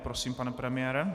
Prosím, pane premiére.